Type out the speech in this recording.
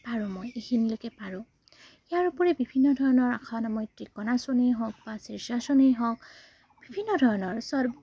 পাৰোঁ মই এইখিনিলৈকে পাৰোঁ ইয়াৰ উপৰি বিভিন্ন ধৰণৰ আসন মই ত্ৰিকোণাসনেই হওক বা সূৰ্য আসনেই হওক বিভিন্ন ধৰণৰ